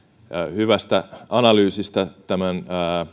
hyvästä analyysistä tämän